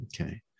Okay